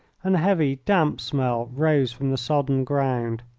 and a heavy damp smell rose from the sodden ground.